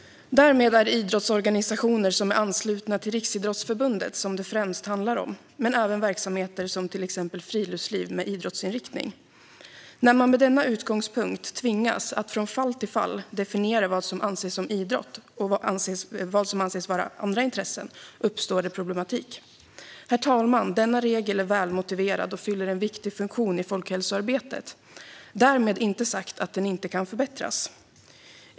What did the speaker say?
Därmed är det idrottsorganisationer som är anslutna till Riksidrottsförbundet som det främst handlar om men även verksamheter som till exempel friluftsliv med idrottsinriktning. När man med denna utgångspunkt tvingas att från fall till fall definiera vad som anses som idrott och vad som anses vara andra intressen uppstår problem. Herr talman! Denna regel är välmotiverad och fyller en viktig funktion i folkhälsoarbetet - därmed inte sagt att den inte kan förbättras.